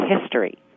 history